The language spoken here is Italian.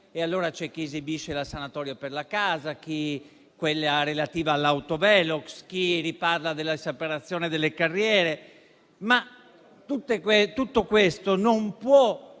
e allora c'è chi esibisce la sanatoria per la casa, chi quella relativa all'autovelox, chi riparla della separazione delle carriere. Tutto questo non può